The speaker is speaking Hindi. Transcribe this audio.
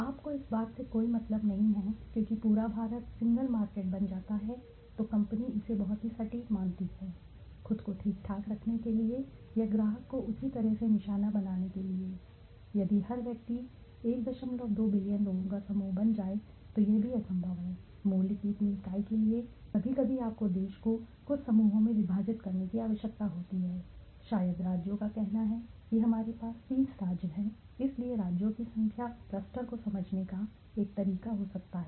आपको इस बात से कोई मतलब नहीं है क्योंकि पूरा भारत सिंगल मार्किट बन जाता है तो कंपनी इसे बहुत ही सटीक मानती है खुद को ठीक ठाक रखने के लिए या ग्राहक को उसी तरह से निशाना बनाने के लिए यदि हर व्यक्ति 12 बिलियन लोगों का समूह बन जाए तो यह भी असंभव है मूल्य की इतनी इकाई के लिए कभी कभी आपको देश को कुछ समूहों में विभाजित करने की आवश्यकता होती है शायद राज्यों का कहना है कि हमारे पास 30 राज्य हैं इसलिए राज्यों की संख्या क्लस्टर को समझने का एक तरीका हो सकता है